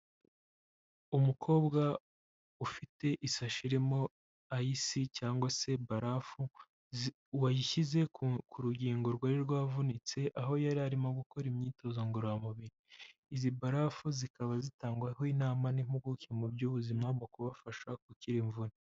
Umukobwa ufite isashi irimo ce cyangwa se barafu wayishyize ku rugingo rwari rwavunitse aho yari arimo gukora imyitozo ngororamubiri, izi barafu zikaba zitangwaho inama n'impuguke mu by'ubuzima mu kubafasha gukira imvune.